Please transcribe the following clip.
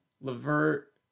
Levert